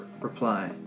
reply